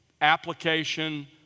application